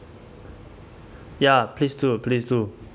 ya please do please do